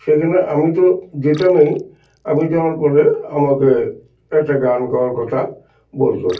সেখানে আমি তো যেতামই আমি যাওয়ার পরে আমাকে একটা গান গাওয়ার কথা বলতো